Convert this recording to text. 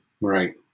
Right